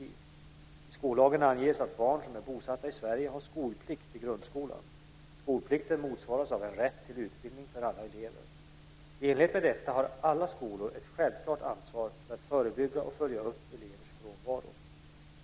I skollagen anges att barn som är bosatta i Sverige har skolplikt i grundskolan. Skolplikten motsvaras av en rätt till utbildning för alla elever. I enlighet med detta har alla skolor ett självklart ansvar för att förebygga och följa upp elevers frånvaro.